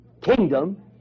kingdom